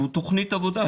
והוא תוכנית עבודה.